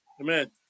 amen